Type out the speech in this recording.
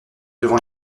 devant